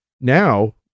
now